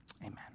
Amen